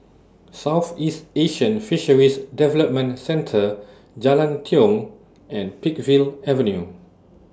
Southeast Asian Fisheries Development Centre Jalan Tiong and Peakville Avenue